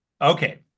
Okay